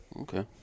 Okay